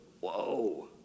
whoa